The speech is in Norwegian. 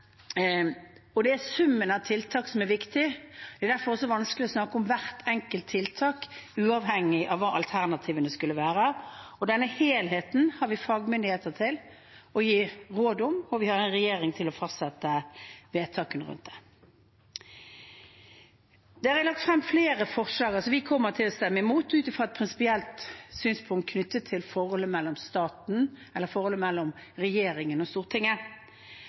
og det er summen av tiltak som er viktig. Det er derfor også vanskelig å snakke om hvert enkelt tiltak uavhengig av hva alternativene skulle være. Den helheten har vi fagmyndigheter til å gi råd om, og vi har en regjering til å fastsette vedtakene rundt det. Det er lagt frem flere forslag, og vi kommer til å stemme imot ut fra et prinsipielt synspunkt knyttet til forholdet mellom